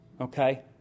okay